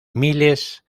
miles